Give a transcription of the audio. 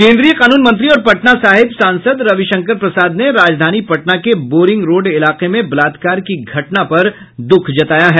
केन्द्रीय कानून मंत्री और पटना साहिब सांसद रविशंकर प्रसाद ने राजधानी पटना के बोरिंग रोड इलाके में बलात्कार की घटना पर दुख जताया हैं